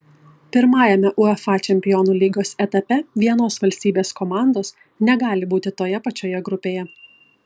pirmajame uefa čempionų lygos etape vienos valstybės komandos negali būti toje pačioje grupėje